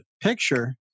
picture